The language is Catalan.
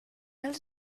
els